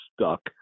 stuck